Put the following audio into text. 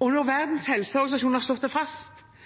Når Verdens helseorganisasjon har slått det fast,